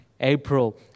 April